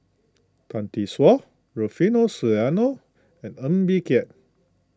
Tan Tee Suan Rufino Soliano and Ng Bee Kia